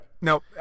no